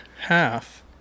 half